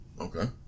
Okay